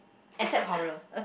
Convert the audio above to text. except horror